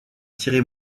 tirer